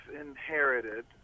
inherited